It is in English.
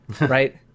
right